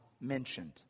mentioned